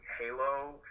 Halo